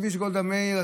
בכביש גולדה מאיר,